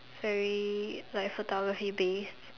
very like photography based